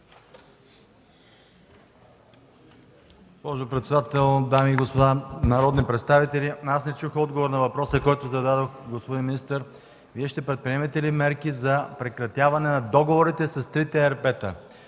господин министър – Вие ще предприемете ли мерки за прекратяване на договорите с трите ЕРП-та,